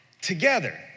together